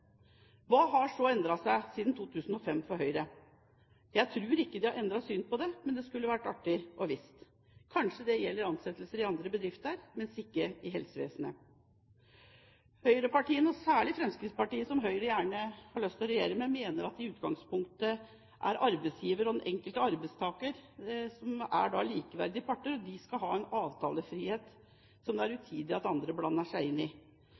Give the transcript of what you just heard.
Hva har så endret seg for Høyre siden 2005? Jeg tror ikke de har endret syn på dette, men det kunne være artig å vite. Kanskje det gjelder ansettelser i andre bedrifter, men ikke i helsevesenet. Høyrepartiene, og særlig Fremskrittspartiet, som Høyre har lyst til å regjere med, mener at i utgangspunktet er arbeidsgiver og den enkelte arbeidstaker likeverdige parter, og de skal ha en avtalefrihet som det er utidig at andre blander seg inn i,